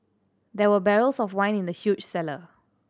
there were barrels of wine in the huge cellar